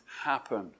happen